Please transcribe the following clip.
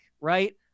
Right